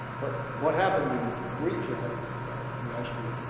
but what happened in brief that you asked me,